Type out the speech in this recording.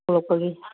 ꯊꯣꯂꯛꯄꯒꯤ